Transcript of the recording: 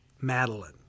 Madeline